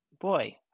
boy